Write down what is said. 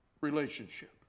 relationship